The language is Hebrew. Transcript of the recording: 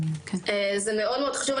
זה מאוד מאוד חשוב.